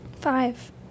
five